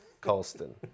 Colston